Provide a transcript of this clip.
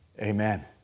Amen